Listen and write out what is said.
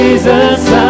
Jesus